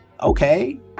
okay